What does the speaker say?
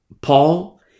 Paul